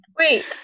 Wait